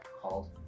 Called